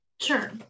Sure